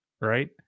right